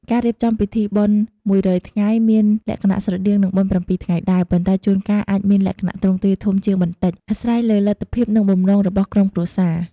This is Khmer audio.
ការរៀបចំពិធីបុណ្យមួយរយថ្ងៃមានលក្ខណៈស្រដៀងនឹងបុណ្យប្រាំពីរថ្ងៃដែរ ប៉ុន្តែជួនកាលអាចមានលក្ខណៈទ្រង់ទ្រាយធំជាងបន្តិច អាស្រ័យលើលទ្ធភាព និងបំណងរបស់ក្រុមគ្រួសារ។